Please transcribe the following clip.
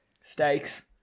Steaks